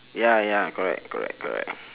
ya ya correct correct correct